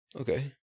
Okay